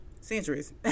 centuries